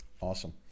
Awesome